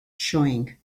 showing